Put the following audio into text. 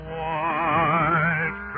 white